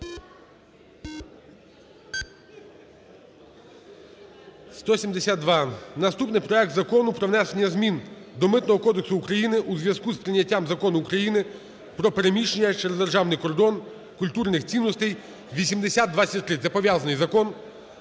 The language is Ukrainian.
За-172 Наступний – проект Закону про внесення змін до Митного кодексу України у зв'язку з прийняттям Закону України "Про переміщення через державний кордон культурних цінностей" (8023) – це пов'язаний закон.